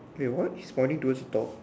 wait what he's running towards a dog